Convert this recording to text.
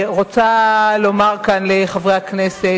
אני רוצה לומר כאן לחברי הכנסת,